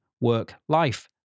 work-life